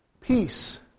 peace